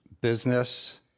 Business